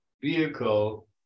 vehicle